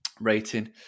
rating